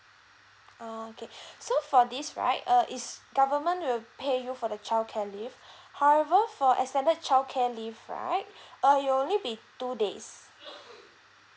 oh okay so for this right uh is government will pay you for the childcare leave however for extended childcare leave right uh you'll only be two days